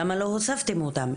למה לא הוספתם אותם?